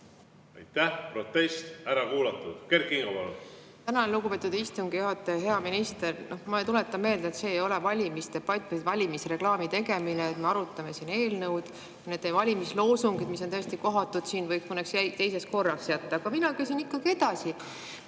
Aitäh! Protest ära kuulatud. Kert Kingo, palun! Tänan, lugupeetud istungi juhataja! Hea minister! Ma tuletan meelde, et see ei ole valimisdebatt, valimisreklaami tegemine. Me arutame siin eelnõu. Need valimisloosungid, mis on täiesti kohatud, võib mõneks teiseks korraks jätta. Aga mina küsin ikka edasi.